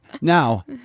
Now